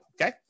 okay